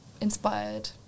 inspired